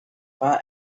far